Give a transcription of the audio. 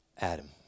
Adam